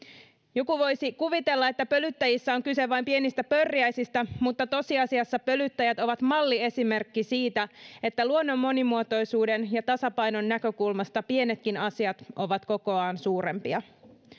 joku voisi kuvitella että pölyttäjissä on kyse vain pienistä pörriäisistä mutta tosiasiassa pölyttäjät ovat malliesimerkki siitä että luonnon monimuotoisuuden ja tasapainon näkökulmasta pienetkin asiat ovat kokoaan suurempia